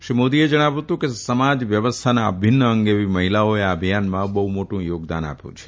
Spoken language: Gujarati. શ્રી મોદીએ જણાવ્યું હતું કે સમાજ વ્યવસ્થાના અભિન્ન અંગ એવી મહિલાઓએ આ અભિયાનમાં બહ્ મોટું યોગદાન આપ્યું છે